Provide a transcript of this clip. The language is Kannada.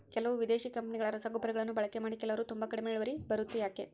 ಕೆಲವು ವಿದೇಶಿ ಕಂಪನಿಗಳ ರಸಗೊಬ್ಬರಗಳನ್ನು ಬಳಕೆ ಮಾಡಿ ಕೆಲವರು ತುಂಬಾ ಕಡಿಮೆ ಇಳುವರಿ ಬರುತ್ತೆ ಯಾಕೆ?